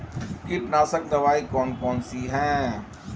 कीटनाशक दवाई कौन कौन सी हैं?